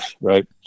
right